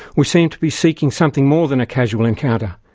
we seem to be seeking something more than a casual encounter.